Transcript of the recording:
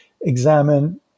examine